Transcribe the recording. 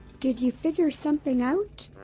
did you figure something out?